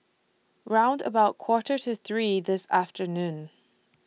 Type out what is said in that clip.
round about Quarter to three This afternoon